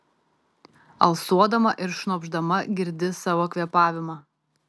alsuodama ir šnopšdama girdi savo kvėpavimą